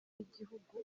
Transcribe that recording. y’igihugu